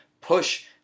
push